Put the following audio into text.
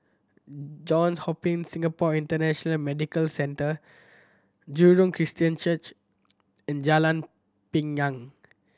Johns Hopkins Singapore International Medical Centre Jurong Christian Church and Jalan Pinang